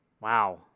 Wow